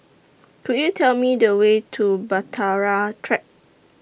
Could YOU Tell Me The Way to Bahtera Track